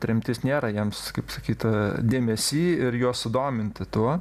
tremtis nėra jiems kaip sakyt dėmesy ir juos sudominti tuo